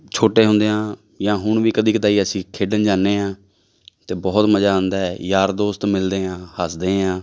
ਛੋਟੇ ਹੁੰਦਿਆਂ ਜਾਂ ਹੁਣ ਵੀ ਕਦੇ ਕਦਾਈਂ ਅਸੀਂ ਖੇਡਣ ਜਾਂਦੇ ਹਾਂ ਅਤੇ ਬਹੁਤ ਮਜ਼ਾ ਆਉਂਦਾ ਹੈ ਯਾਰ ਦੋਸਤ ਮਿਲਦੇ ਹਾਂ ਹੱਸਦੇ ਹਾਂ